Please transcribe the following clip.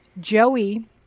Joey